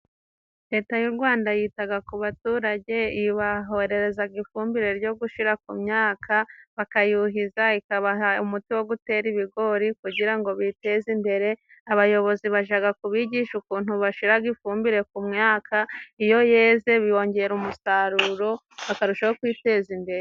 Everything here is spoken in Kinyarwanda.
Leta y'u Rwanda yitaga ku baturage ,ibohererezaga ifumbire ryo gushira ku myaka bakayuhiza, ikabaha umuti wo gutera ibigori kugira ngo biteze imbere, abayobozi bajaga kubigisha ukuntu bashiraga ifumbire ku myaka, iyo yeze bibongera umusaruro bakarushaho kwiteza imbere.